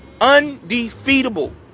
undefeatable